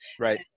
Right